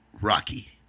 Rocky